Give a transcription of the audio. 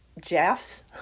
Jeffs